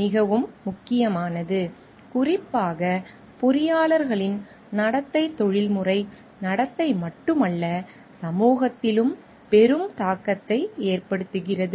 மிகவும் முக்கியமானது குறிப்பாக பொறியாளர்களின் நடத்தை தொழில்முறை நடத்தை மட்டுமல்ல சமூகத்திலும் பெரும் தாக்கத்தை ஏற்படுத்துகிறது